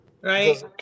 Right